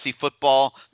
football